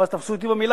אבל אז תפסו אותי במלה,